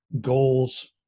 goals